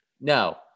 No